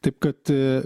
taip kad